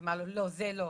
אמר לו לא, זה לא.